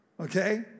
okay